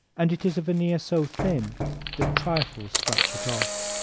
and it is a veneer so thin that trifles scratch it off.